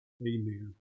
Amen